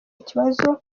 ikibazo